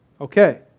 okay